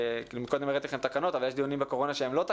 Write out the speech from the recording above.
קודם הראיתי לכם תקנות,